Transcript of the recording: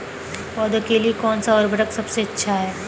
पौधों के लिए कौन सा उर्वरक सबसे अच्छा है?